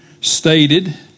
stated